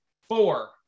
four